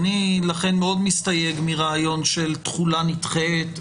לכן אני מאוד מסתייג מרעיון של תחולה נדחית.